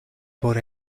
por